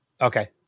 Okay